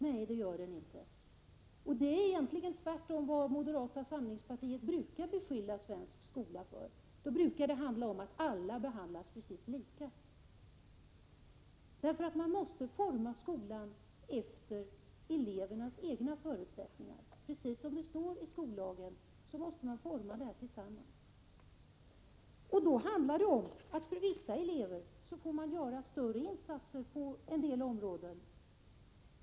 Nej, det gör den inte. Det är egentligen tvärtemot vad moderata samlingspartiet brukar beskylla den svenska skolan för. Det brukar handla om att alla behandlas precis lika. Man måste forma skolan efter elevernas egna förutsättningar. Precis som det står i skollagen måste man forma skolan tillsammans. Då handlar det om att man får göra större insatser för vissa elever på en del områden.